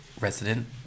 resident